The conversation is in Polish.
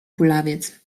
kulawiec